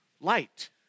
light